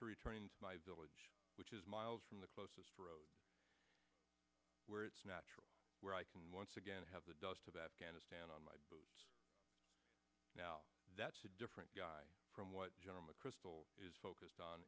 to returning to my village which is miles from the closest where it's natural where i can once again have the dust of afghanistan on my now that's a different guy from what general mcchrystal is focused on